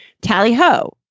tally-ho